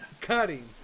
Cutting